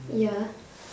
ya